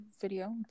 video